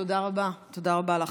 תודה רבה, תודה רבה לך.